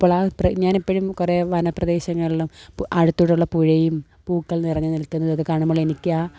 ഇപ്പോഴാണ് ഞാനെപ്പോഴും കുറേ വനപ്രദേശങ്ങളിലും ആഴത്തോടെയുള്ള പുഴയും പൂക്കൾ നിറഞ്ഞ് നിൽക്കുന്നതൊക്കെ കാണുമ്പോൾ എനിക്ക് ആ